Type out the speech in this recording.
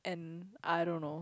and I don't know